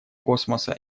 космоса